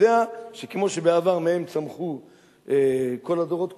יודע שכמו שבעבר מהם צמחו כל הדורות כולם,